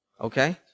okay